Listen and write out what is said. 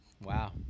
wow